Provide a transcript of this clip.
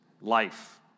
life